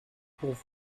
pour